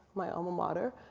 my alma mater.